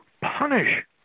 punish